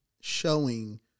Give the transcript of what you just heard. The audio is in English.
showing